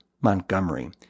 Montgomery